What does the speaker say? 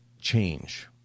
change